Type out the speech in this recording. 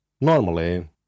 Normally